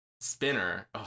Spinner